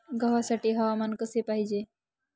गव्हासाठी हवामान कसे पाहिजे?